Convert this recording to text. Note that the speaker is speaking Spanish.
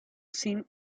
sin